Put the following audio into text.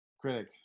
Critic